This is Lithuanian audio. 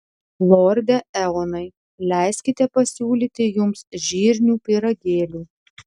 lorde eonai leiskite pasiūlyti jums žirnių pyragėlių